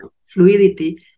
fluidity